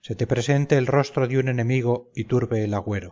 se te presente el rostro de un enemigo y turbe el agüero